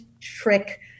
trick